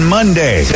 Monday